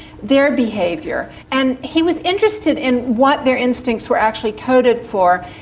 their behaviour and he was interested in what their instincts were actually coded for.